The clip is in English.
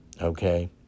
okay